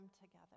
together